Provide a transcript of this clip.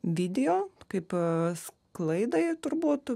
video kaip sklaidai turbūt